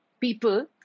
people